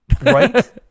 Right